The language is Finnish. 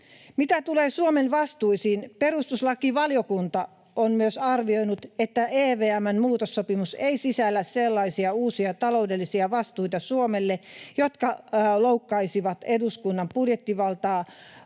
Mitä tulee Suomen vastuisiin, perustuslakivaliokunta on myös arvioinut, että EVM:n muutossopimus ei sisällä sellaisia uusia taloudellisia vastuita Suomelle, jotka loukkaisivat eduskunnan budjettivaltaa